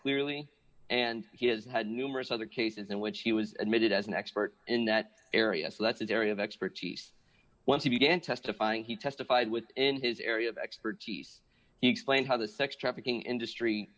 clearly and he has had numerous other cases in which he was admitted as an expert in that area so that's an area of expertise when he began testifying he testified with in his area of expertise he explained how the sex trafficking industry